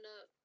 up